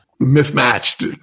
mismatched